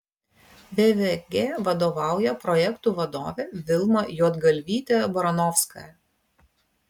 vvg vadovauja projektų vadovė vilma juodgalvytė baranovskaja